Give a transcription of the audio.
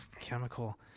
Chemical